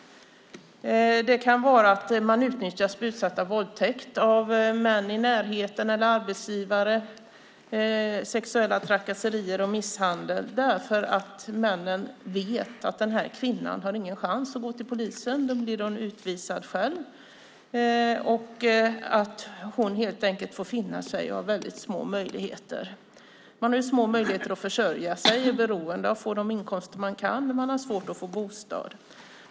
De kanske utnyttjas och blir utsatta för våldtäkt, sexuella trakasserier och misshandel av män i närheten eller av arbetsgivare därför att dessa män vet att dessa kvinnor inte har en chans att gå till polisen eftersom de då blir utvisade. Då får de helt enkelt finna sig i detta och har små möjligheter. De har små möjligheter att försörja sig och är beroende av att få de inkomster som de kan få, och de har svårt att få bostad.